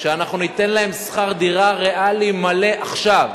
שאנחנו ניתן להם שכר דירה ריאלי מלא עכשיו,